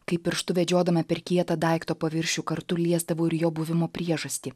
kaip pirštu vedžiodama per kietą daikto paviršių kartu liesdavau ir jo buvimo priežastį